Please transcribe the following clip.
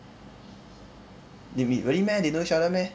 they m~ really meh they know each other meh